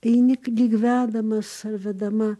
eini lyg vedamas vedama